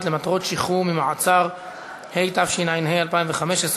התשע"ה 2015,